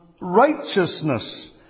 righteousness